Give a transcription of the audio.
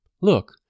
Look